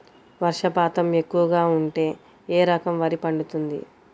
వర్షపాతం ఎక్కువగా ఉంటే ఏ రకం వరి పండుతుంది?